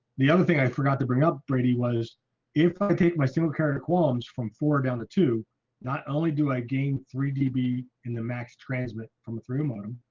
the other thing i forgot to bring up brady was if i take my single character qualms from four down to two not only do i gain three db in the max transmit from a through model,